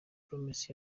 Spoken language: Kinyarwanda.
promises